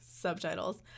subtitles